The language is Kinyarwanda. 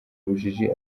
ubujiji